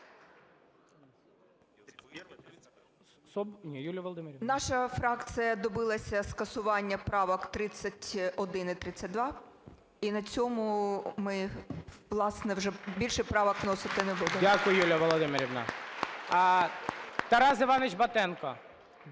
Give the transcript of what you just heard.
Наша фракція добилася скасування правок 31 і 32, і на цьому ми, власне, вже більше правок вносити не будемо. ГОЛОВУЮЧИЙ. Дякую, Юлія Володимирівна. Тарас Іванович Батенко.